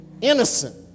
Innocent